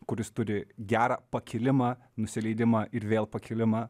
kuris turi gerą pakilimą nusileidimą ir vėl pakilimą